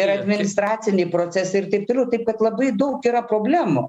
ir administraciniai procesai ir taip toliau taip kad labai daug yra problemų